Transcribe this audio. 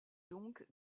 donc